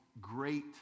great